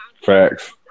Facts